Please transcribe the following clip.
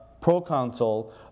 proconsul